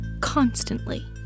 constantly